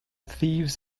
thieves